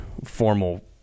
Formal